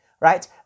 right